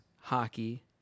hockey